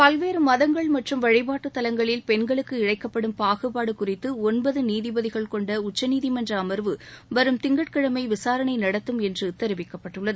பல்வேறு மதங்கள் மற்றும் வழிபாட்டு தலங்களில் பெண்களுக்கு இழைக்கப்படும் பாகுபாடு குறித்து ஒன்பது நீதிபதிகள் கொண்ட உச்சநீதிமன்ற அமர்வு வரும் திங்கட்கிழமை விசாரணை நடத்தும் என்று தெரிவிக்கப்பட்டுள்ளது